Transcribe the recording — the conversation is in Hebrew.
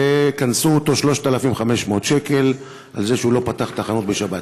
קנסו אותו ב-3,500 שקל על זה שהוא לא פתח את החנות בשבת.